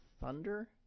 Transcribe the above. thunder